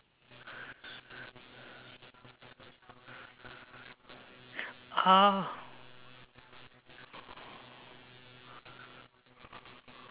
ah